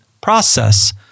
process